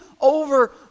over